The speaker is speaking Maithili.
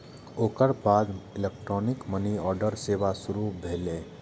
ओकर बाद इलेक्ट्रॉनिक मनीऑर्डर सेवा शुरू भेलै